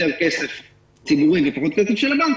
יותר כסף ציבורי ופחות כסף של הבנק,